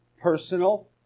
personal